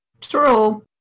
True